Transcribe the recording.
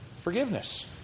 Forgiveness